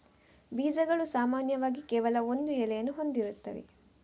ಬೀಜಗಳು ಸಾಮಾನ್ಯವಾಗಿ ಕೇವಲ ಒಂದು ಎಲೆಯನ್ನು ಹೊಂದಿರುತ್ತವೆ